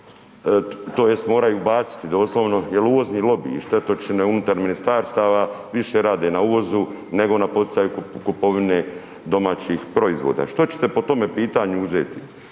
tj. moraju baciti doslovno jel uvozni lobiji, štetočine unutar ministarstava više rade na uvozu nego na poticaju kupovine domaćih proizvoda. Što ćete po tome pitanju uzeti,